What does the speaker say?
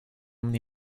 many